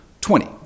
Twenty